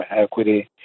equity